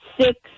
six